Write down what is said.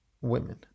women